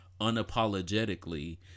unapologetically